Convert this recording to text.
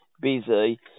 busy